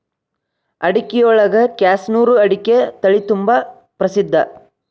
ಅಡಿಕಿಯೊಳಗ ಕ್ಯಾಸನೂರು ಅಡಿಕೆ ತಳಿತುಂಬಾ ಪ್ರಸಿದ್ಧ